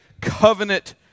covenant